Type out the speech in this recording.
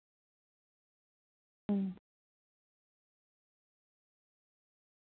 ᱦᱩᱸ